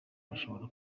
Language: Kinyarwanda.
bashobora